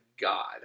God